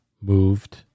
moved